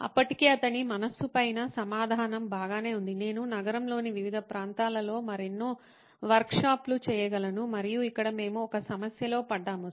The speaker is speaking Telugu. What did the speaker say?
అప్పటికే అతని మనస్సు పైన సమాధానం బాగానే ఉంది నేను నగరంలోని వివిధ ప్రాంతాలలో మరెన్నో వర్క్షాపులు చేయగలను మరియు ఇక్కడ మేము ఒక సమస్యలో పడ్డాము